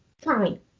fine